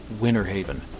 Winterhaven